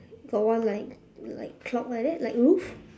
got one like like clock like that like roof